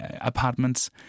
apartments